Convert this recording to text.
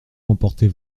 emporter